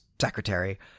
secretary